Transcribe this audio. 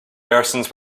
persons